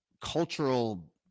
cultural